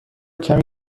کمی